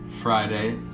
Friday